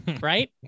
Right